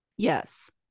yes